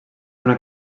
una